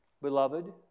Beloved